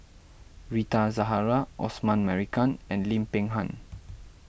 Rita Zahara Osman Merican and Lim Peng Han